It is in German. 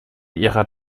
ihrer